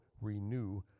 renew